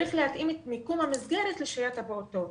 צריך להתאים את מיקום המסגרת לשהיית הפעוטות.